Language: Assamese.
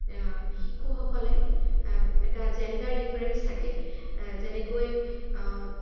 শিশুসকলে এটা জেণ্ডাৰ ডিফাৰেঞ্চ থাকে যেনেকৈ